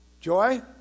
Joy